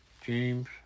James